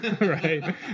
right